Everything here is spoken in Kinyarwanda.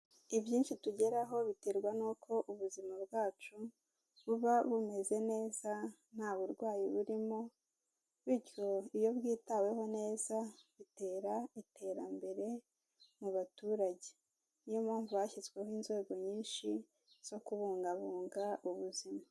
Ibyinshi tugeraho biterwa n'uko ubuzima bwacu, buba bumeze neza nta burwayi burimo, bityo iyo bwitaweho neza, bitera iterambere mu baturage, niyo mpamvu hashyizweho inzego nyinshi zo kubungabunga ubuzima.